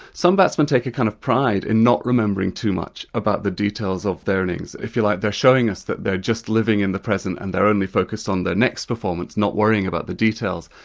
some batsmen take a kind of pride in not remembering too much about the details of their innings. if you like, they're showing us that they're just living in the present and they're only focused on their next performance, not worrying about the details.